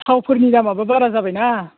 थावफोरनि दामाबो बारा जाबायना